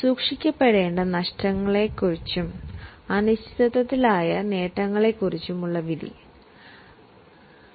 ഏതൊക്കെ നഷ്ടമാണ് മറ്റും ഏതൊക്കെ നിശ്ചയമില്ലാത്ത നേട്ടമാണ് കണക്കാക്കേണ്ടതെന്നും നിർണ്ണയിക്കേണ്ടത് ആവശ്യമാണ്